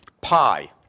pi